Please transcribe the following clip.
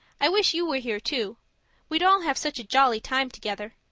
i wish you were here, too we'd all have such a jolly time together.